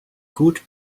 could